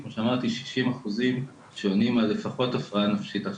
כמו שאמרתי 60% שעונים על לפחות הפרעה נפשית אחת.